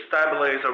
stabilize